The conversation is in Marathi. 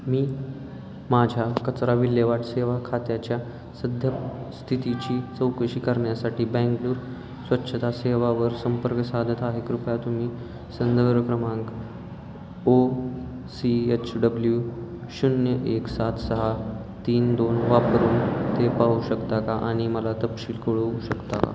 मी माझ्या कचरा विल्हेवाट सेवा खात्याच्या सध्या स्थितीची चौकशी करण्यासाठी बँगलोर स्वच्छता सेवेवर संपर्क साधत आहे कृपया तुम्ही संदवर क्रमांक ओ सी एच डब्ल्यू शून्य एक सात सहा तीन दोन वापरून ते पाहू शकता का आणि मला तपशील कळवू शकता का